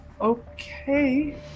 Okay